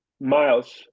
Miles